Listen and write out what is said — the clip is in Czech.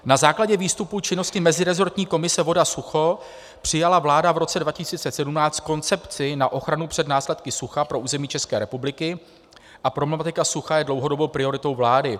Na základě výstupů činnosti meziresortní komise VODASUCHO přijala vláda v roce 2017 koncepci na ochranu před následky sucha pro území České republiky a problematika sucha je dlouhodobou prioritou vlády.